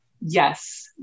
Yes